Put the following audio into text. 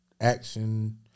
action